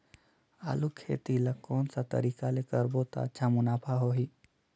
आलू खेती ला कोन सा तरीका ले करबो त अच्छा मुनाफा होही?